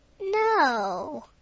No